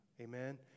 Amen